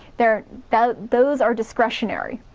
they're those are discretionary.